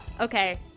Okay